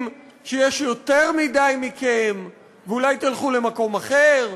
שיש יותר מדי מכם ואולי תלכו למקום אחר.